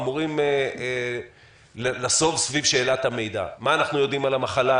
אמורים לסוב סביב שאלת המידע: מה אנחנו יודעים על המחלה,